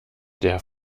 der